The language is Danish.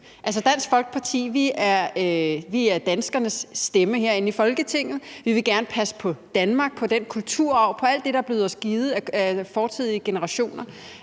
Dansk Folkeparti er danskernes stemme herinde i Folketinget. Vi vil gerne passe på Danmark, på den kulturarv og alt det, der er blevet os givet af fortidige generationer.